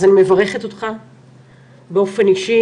אז אני מברכת אותך באופן אישי.